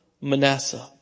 Manasseh